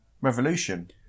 Revolution